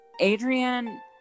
Adrian